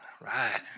right